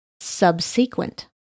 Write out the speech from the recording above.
subsequent